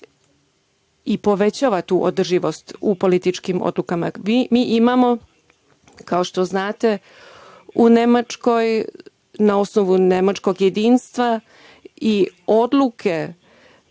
i povećava tu održivost u političkim odlukama. Mi imamo, kao što znate, u Nemačkoj na osnovu nemačkog jedinstva i odluke